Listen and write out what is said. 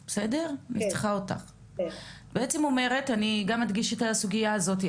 בעצם את אומרת, אני גם אדגיש את הסוגיה הזאת,